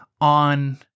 on